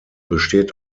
besteht